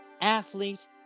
athlete